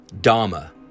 Dharma